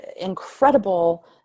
incredible